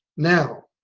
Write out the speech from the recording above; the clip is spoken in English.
now,